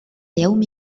يوم